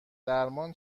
درمان